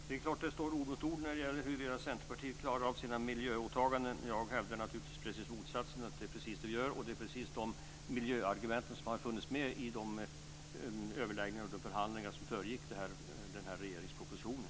Fru talman! Det är klart att det står ord mot ord huruvida Centerpartiet klarar av sina miljöåtaganden. Jag hävdar precis motsatsen: Det är det vi gör, och det är de miljöargumenten som har funnits med i överläggningarna och förhandlingarna som föregick regeringspropositionen.